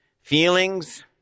feelings